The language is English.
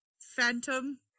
Phantom